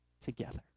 together